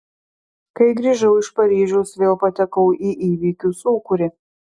kai grįžau iš paryžiaus vėl patekau į įvykių sūkurį